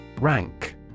Rank